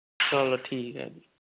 ਚਲੋ ਠੀਕ ਹੈ ਜੀ